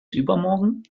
übermorgen